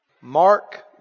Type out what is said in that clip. Mark